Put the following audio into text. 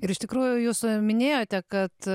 ir iš tikrųjų jūs minėjote kad